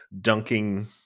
dunking